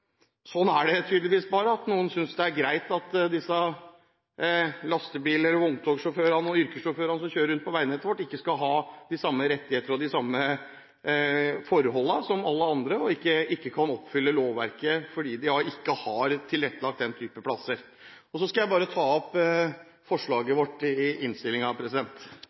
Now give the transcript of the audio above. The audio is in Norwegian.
sånn er det tydeligvis bare, at noen synes det er greit at vogntogsjåførene og yrkessjåførene som kjører rundt på veinettet vårt, ikke skal ha de samme rettigheter og de samme forholdene som alle andre, og ikke kan oppfylle lovverket fordi de ikke har tilrettelagt den typen rasteplasser. Så vil jeg ta opp forslaget vårt i